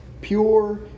Pure